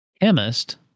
Chemist